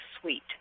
suite